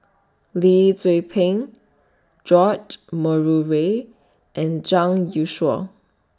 Lee Tzu Pheng George Murray Reith and Zhang Youshuo